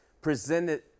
presented